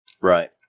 Right